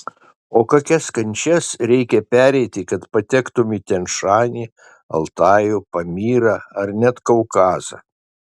o kokias kančias reikia pereiti kad patektumėme į tian šanį altajų pamyrą ar net kaukazą